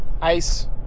Ice